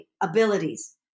abilities